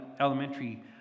elementary